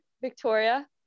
Victoria